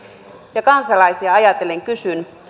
ja kansalaisia ajatellen kysyn